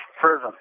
prison